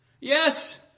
Yes